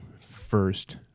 first